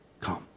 Come